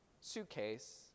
suitcase